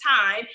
time